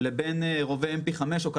לבין רובה Mp-5 או קלצ'ניקוב,